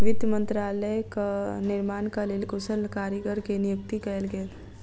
वित्त मंत्रालयक निर्माणक लेल कुशल कारीगर के नियुक्ति कयल गेल